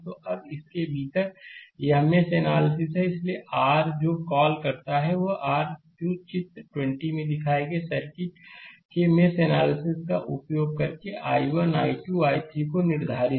तो अब इस के भीतर यह मेश एनालिसिस है इसलिए r जो कॉल करता है वह r जो कि चित्र 20 में दिखाए गए सर्किट के मेष एनालिसिस का उपयोग करके I1 I2 I3 को निर्धारित करता है